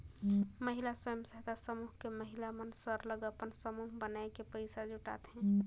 महिला स्व सहायता समूह में महिला मन सरलग अपन समूह बनाए के पइसा जुटाथें